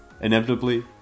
inevitably